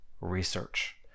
research